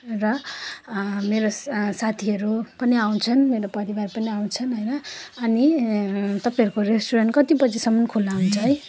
र मेरो साथीहरू पनि आउँछन् मेरो परिवार पनि आउँछन् होइन अनि तपाईँहरूको रेस्टुरेन्ट कति बजीसम्म खुल्ला हुन्छ है